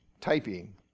typing